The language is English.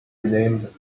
renamed